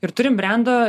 ir turim brendo